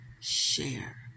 share